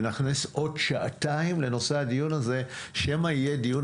ונכניס עוד שעתיים לנושא הדיון הזה שאולי יהיה דיון